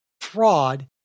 fraud